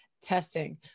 testing